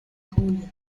julio